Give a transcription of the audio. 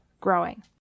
growing